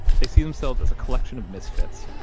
they see themselves as a collection of misfits,